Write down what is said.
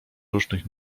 różnych